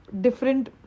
different